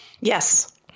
Yes